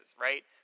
right